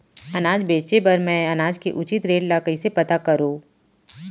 अनाज बेचे बर मैं अनाज के उचित रेट ल कइसे पता करो?